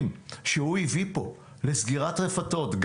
הביא פה לסגירת רפתות,